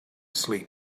sleep